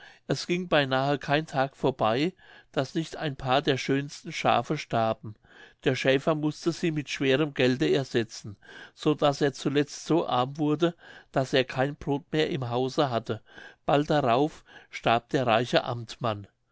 es ging beinahe kein tag vorbei daß nicht ein paar der schönsten schafe starben der schäfer mußte sie mit schwerem gelde ersetzen so daß er zuletzt so arm wurde daß er kein brod mehr im hause hatte bald darauf starb der reiche amtmann